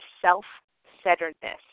self-centeredness